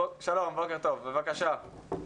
שלום, בוקר טוב, בבקשה.